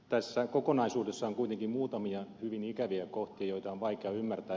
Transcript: tässä kokonaisuudessa on kuitenkin muutamia hyvin ikäviä kohtia joita on vaikea ymmärtää